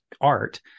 art